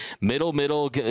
middle-middle